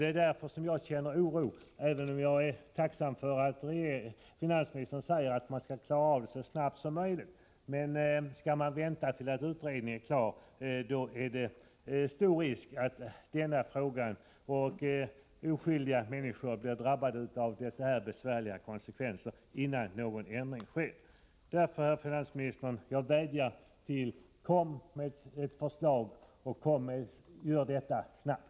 Det är därför som jag känner oro, även om jag är tacksam för finansministerns uttalande att man skall klara av det här så snabbt som möjligt. Men skall man vänta tills utredningen är klar med sitt arbete, är det stor risk att oskyldiga människor drabbas. Dessa människor får således ta konsekvenserna i denna besvärliga fråga fram till dess att en ändring sker. Jag vädjar därför till finansministern: Kom med ett förslag, och låt det gå snabbt!